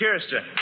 Kirsten